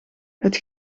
het